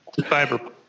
cyber